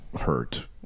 hurt